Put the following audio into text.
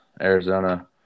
Arizona